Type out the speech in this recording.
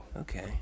Okay